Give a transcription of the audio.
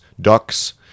ducks